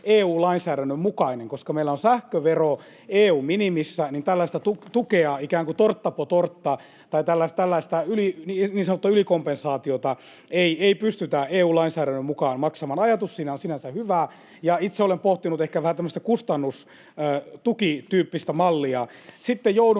EU-lainsäädännön mukainen. Koska meillä on sähkövero EU:n minimissä, niin tällaista tukea ikään kuin tårta på tårta, tällaista niin sanottua ylikompensaatiota, ei pystytä EU-lainsäädännön mukaan maksamaan. Ajatus siinä on sinänsä hyvä, ja itse olen pohtinut ehkä vähän tämmöistä kustannustukityyppistä mallia. Sitten joudun